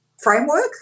framework